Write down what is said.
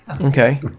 Okay